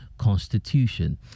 constitution